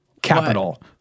Capital